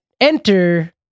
Enter